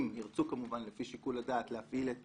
אם ירצו כמובן לפי שיקול הדעת להפעיל את